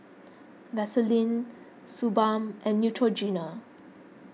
Vaselin Suu Balm and Neutrogena